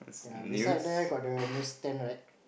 ya beside there got the newsstand right